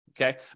okay